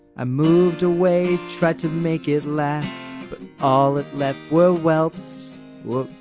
i moved away, tried to make it last all left well, wealth's well.